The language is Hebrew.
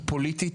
היא פוליטית,